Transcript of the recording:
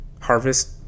Harvest